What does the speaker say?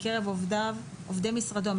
מקרב עובדי משרדו,